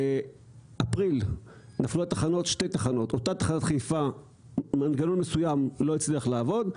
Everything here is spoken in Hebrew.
באפריל נפלו שתי תחנות: מנגנון מסוים באותה תחנה בחיפה לא הצליח לעבוד,